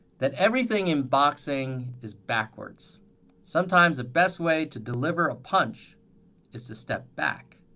that everything in boxing is backwards sometimes the best way to deliver a punch is to step back.